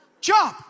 Jump